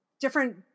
different